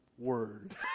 word